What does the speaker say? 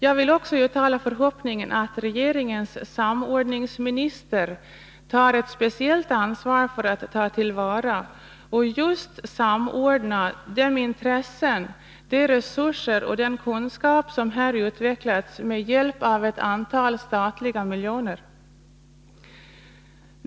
Jag vill också uttala förhoppningen att regeringens samordningsminister tar ett speciellt ansvar för att ta till vara och just samordna de intressen, de resurser och den kunskap som här utvecklats med hjälp av ett antal statliga miljoner.